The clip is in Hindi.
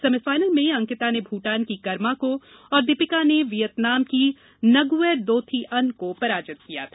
सेमीफाइनल में अंकिता ने भूटान की करमा को और दीपिका ने वियतनाम की नगुएट दो थी अन्ह को पराजित किया था